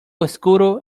oscuro